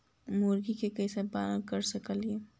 मुर्गि के कैसे पालन कर सकेली?